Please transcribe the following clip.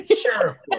Sure